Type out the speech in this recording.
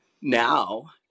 now